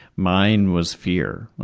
mine was fear.